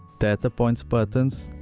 data points buttons